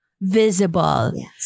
visible